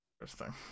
Interesting